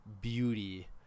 beauty